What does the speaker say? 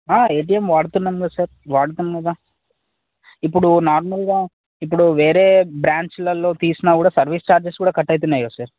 ATM వాడుతున్నాం కదా sir వాడతున్నాం ఇప్పుడు నార్మల్గా ఇప్పుడు వేరే బ్రాంచ్లలో తీసినా కూడా సర్వీస్ చార్జెస్ కూడా కట్ అవుతున్నాయి కద సార్